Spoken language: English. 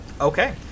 Okay